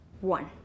One